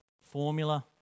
formula